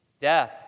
Death